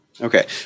Okay